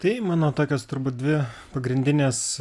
tai mano tokios turbūt dvi pagrindinės